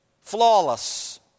flawless